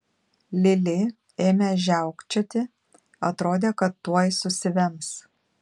lili ėmė žiaukčioti atrodė kad tuoj susivems